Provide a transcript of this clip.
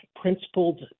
principled